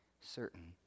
certain